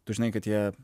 tu žinai kad jie